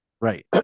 right